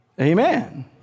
Amen